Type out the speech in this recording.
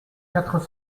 quatre